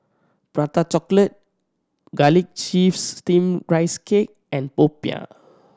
Prata Chocolate Garlic Chives Steamed Rice Cake and popiah